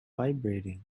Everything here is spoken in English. vibrating